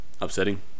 upsetting